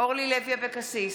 אורלי לוי אבקסיס,